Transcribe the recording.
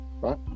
right